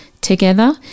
together